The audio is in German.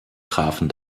trafen